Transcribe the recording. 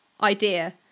idea